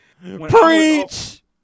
preach